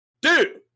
Dude